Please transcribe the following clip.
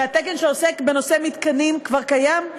והתקן שעוסק בנושא מתקני משחקים כבר קיים,